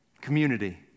community